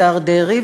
השר דרעי,